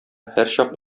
һәрчак